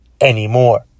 anymore